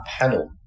panel